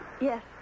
Yes